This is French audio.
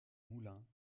moulins